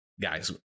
Guys